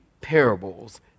parables